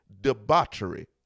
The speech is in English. debauchery